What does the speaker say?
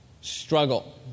struggle